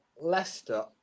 Leicester